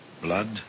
blood